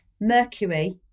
Mercury